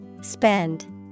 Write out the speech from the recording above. Spend